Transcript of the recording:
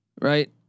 right